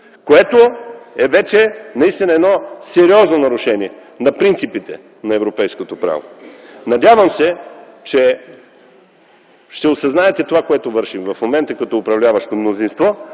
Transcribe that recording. което е вече наистина едно сериозно нарушение на принципите на европейското право. Надявам се, че ще осъзнаете това, което вършите в момента като управляващо мнозинство.